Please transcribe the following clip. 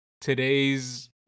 Today's